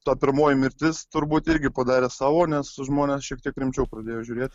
ta pirmoji mirtis turbūt irgi padarė savo nes žmonės šiek tiek rimčiau pradėjo žiūrėti